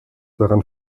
daran